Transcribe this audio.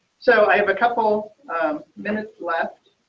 so i have a couple minutes left.